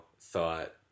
thought